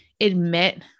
admit